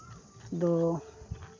ᱫᱚ